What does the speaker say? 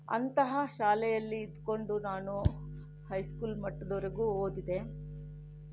ಅಂತಹ ಶಾಲೆಯಲ್ಲಿ ಇದ್ದುಕೊಂಡು ನಾನು ಹೈಸ್ಕೂಲ್ ಮಟ್ಟದವರೆಗೂ ಓದಿದೆ